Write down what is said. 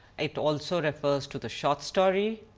it also refers to the short story,